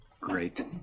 Great